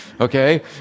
Okay